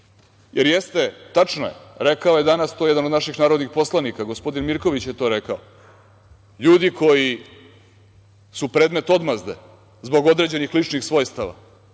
dužnosti. Tačno je, rekao je danas jedan od naših narodnih poslanika, gospodin Mirković je to rekao – ljudi koji su predmet odmazde zbog određenih ličnih svojstava